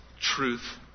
truth